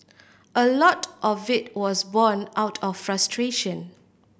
a lot of it was born out of frustration